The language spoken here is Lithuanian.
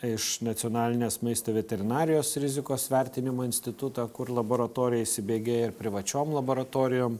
iš nacionalinės maisto veterinarijos rizikos vertinimo institutą kur laboratorija įsibėgėja ir privačiom laboratorijom